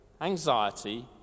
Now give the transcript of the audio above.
anxiety